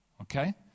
Okay